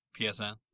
PSN